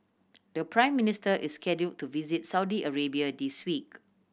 the Prime Minister is scheduled to visit Saudi Arabia this week